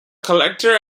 collector